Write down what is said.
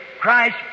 Christ